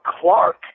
Clark